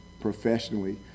professionally